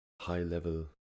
high-level